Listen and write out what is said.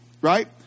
right